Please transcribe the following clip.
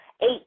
eight